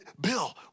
Bill